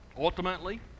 ultimately